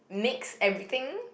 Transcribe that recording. mix everything